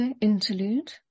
interlude